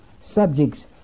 subjects